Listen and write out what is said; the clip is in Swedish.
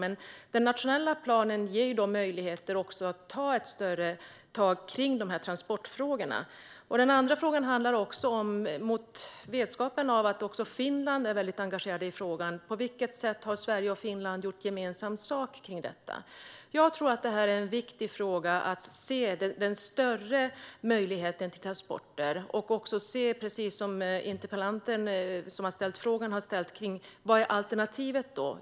Men den nationella planen ger möjligheter att ta ett större tag kring de här transportfrågorna. Med vetskapen att också Finland är engagerat i frågan undrar jag på vilket sätt Sverige och Finland har gjort gemensam sak i frågan. Jag tror att det är viktigt att ge större möjligheter för transporter och, som interpellanten, ställa frågan vad som är alternativet.